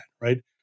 Right